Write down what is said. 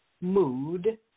mood